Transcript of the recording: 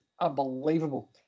unbelievable